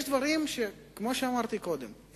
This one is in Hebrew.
כמו שאמרתי קודם,